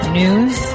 news